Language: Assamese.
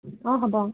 অঁ হ'ব